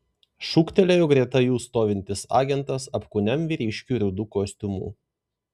šūktelėjo greta jų stovintis agentas apkūniam vyriškiui rudu kostiumu